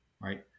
right